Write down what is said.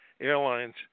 Airlines